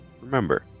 Remember